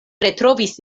retrovis